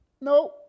No